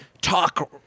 talk